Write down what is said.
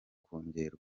kongerwa